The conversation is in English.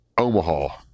Omaha